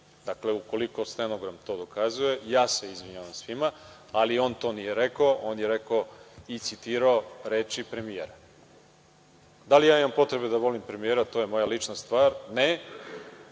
Dakle, ukoliko stenogram to dokazuje, ja se izvinjavam svima, ali on to nije rekao. On je rekao i citirao reči premijera. Da li ja imam potrebe da volim premijera, to je moja lična stvar. Ne.